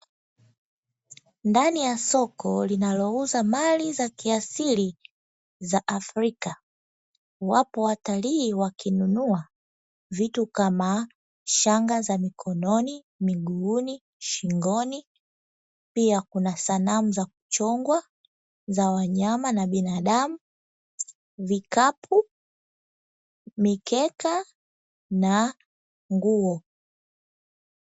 Ndani ya soko linalouza mali za kiasili za afrika wapo watalii wakinunua vitu kama shanga za mikononi, miguuni, shingoni pia kuna sanamu za kuchongwa za wanyama na binadamu, vikapu, mikeka na nguo.